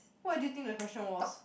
what do you think the question was